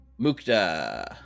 Mukta